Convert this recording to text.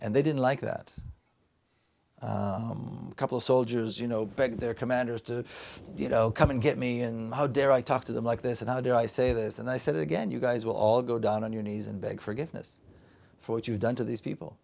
and they didn't like that couple soldiers you know back their commanders to you know come and get me and how dare i talk to them like this and how do i say this and i said again you guys will all go down on your knees and beg forgiveness for what you've done to these people